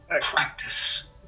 practice